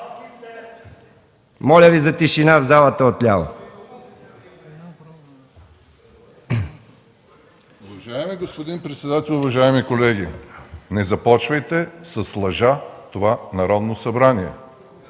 Моля Ви за тишина в залата отляво!